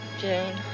Jane